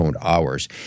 hours